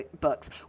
books